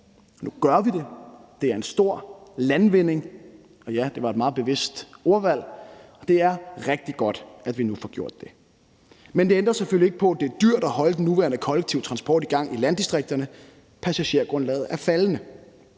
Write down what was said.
nu gør vi det. Det er en stor landvinding – og ja, det var et meget bevidst ordvalg. Det er rigtig godt, at vi nu får gjort det. Men det ændrer selvfølgelig ikke på, at det er dyrt at holde den nuværende kollektive transport i gang i landdistrikterne. Passagergrundlaget er faldende,